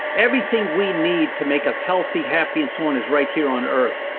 everything we need to make us healthy, happy and so on is right here on earth.